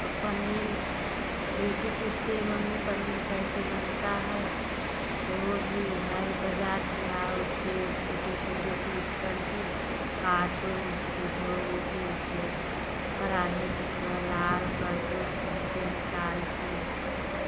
और पनीर बेटी पूछती है मम्मी पनीर कैसे बनता है तो वो भी भाई बजार से लाओ उसके छोटे छोटे पीस करके काटो उसके धो ओ के उसके कराही में थोड़ा लाल कर दो उसके निकाल के